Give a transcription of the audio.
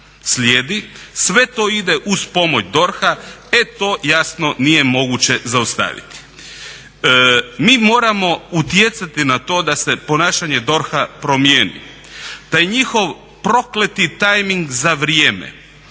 slijedi. Sve to ide uz pomoć DORH-a, e to jasno nije moguće zaustaviti. Mi moramo utjecati na to da se ponašanje DORH-a promijenit, taj njih prokleti timeing za vrijeme